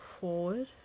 forward